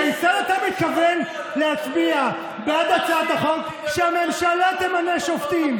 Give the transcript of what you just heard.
כיצד אתה מתכוון להצביע בעד הצעת החוק שהממשלה תמנה שופטים?